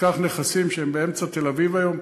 תיקח נכסים שהם באמצע תל-אביב היום,